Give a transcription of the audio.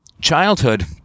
childhood